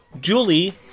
Julie